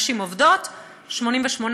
העובדות הוא למעלה מ-80%,